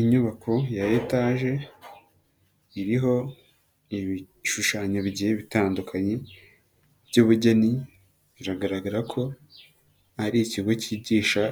Inyubako ya etaje iriho ibishushanyo bigiye bitandukanye, by'bugeni, biragaragara ko ari ikigo cyigisha